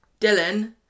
Dylan